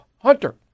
Hunter